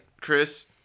Chris